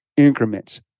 Increments